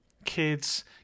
kids